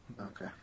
Okay